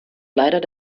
leider